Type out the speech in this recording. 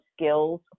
skills